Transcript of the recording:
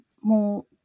more